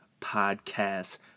podcast